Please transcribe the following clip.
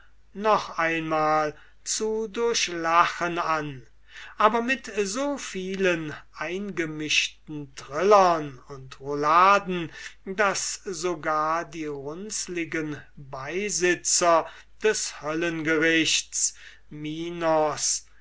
noch einmal zu durchlachen an aber mit so vielen eingemischten trillern und rouladen daß sogar die runzlichten beisitzer des